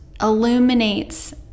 illuminates